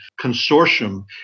Consortium